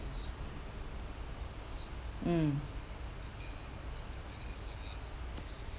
mm